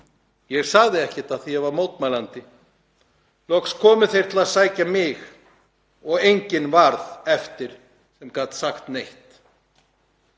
Ég sagði ekkert af því að ég var mótmælandi. Loks komu þeir til að sækja mig og enginn var eftir sem gat sagt neitt.